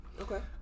Okay